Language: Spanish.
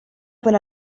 por